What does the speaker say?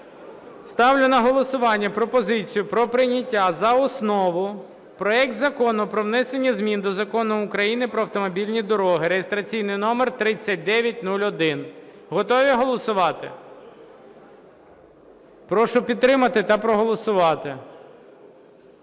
Ставлю на голосування пропозицію про прийняття за основу проект Закону про внесення змін до Закону України "Про автомобільні дороги" (реєстраційний номер 3901). Готові голосувати? Прошу підтримати та проголосувати.